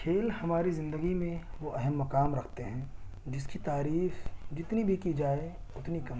کھیل ہماری زندگی میں وہ اہم مقام رکھتے ہیں جس کی تعریف جتنی بھی کی جائے اتنی کم ہے